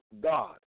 God